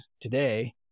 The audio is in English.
today